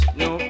no